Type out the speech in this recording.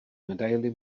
medaili